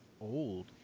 old